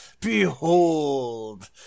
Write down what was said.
Behold